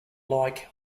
like